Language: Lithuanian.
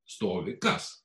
stovi kas